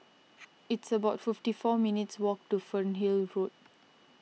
it's about fifty four minutes' walk to Fernhill Road